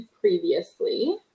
previously